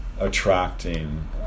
attracting